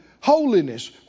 holiness